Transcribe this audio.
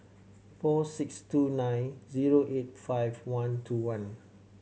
four six two nine zero eight five one two one